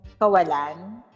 kawalan